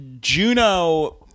Juno